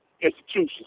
institution